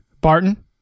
Barton